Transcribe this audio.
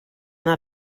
not